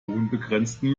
unbegrenzten